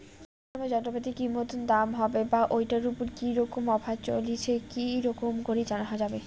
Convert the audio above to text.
কোন সময় যন্ত্রপাতির কি মতন দাম হবে বা ঐটার উপর কি রকম অফার চলছে কি রকম করি জানা যাবে?